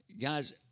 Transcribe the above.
guys